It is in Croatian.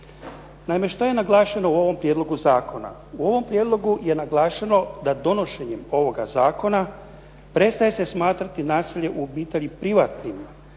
Naime, šta je naglašeno u ovom prijedlogu zakona? U ovom prijedlogu je naglašeno da donošenjem ovoga zakona prestaje se smatrati nasilje u obitelji privatnim